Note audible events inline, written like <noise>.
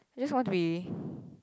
just want to be <breath>